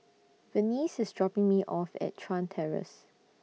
Venice IS dropping Me off At Chuan Terrace